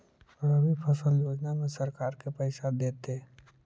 रबि फसल योजना में सरकार के पैसा देतै?